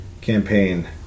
campaign